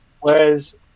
Whereas